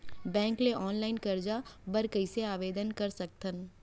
Bank ले online करजा बर कइसे आवेदन कर सकथन?